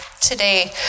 today